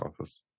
office